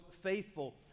faithful